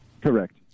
Correct